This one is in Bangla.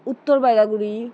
উত্তর বাইরাগুড়ি